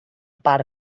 part